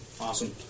Awesome